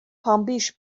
pambiche